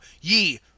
Ye